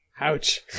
Ouch